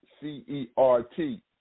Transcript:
C-E-R-T